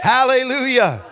Hallelujah